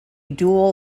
duel